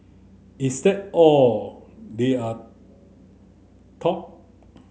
is that all they are